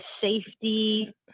safety